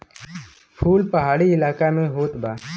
फूल पहाड़ी इलाका में होत बा